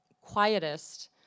quietest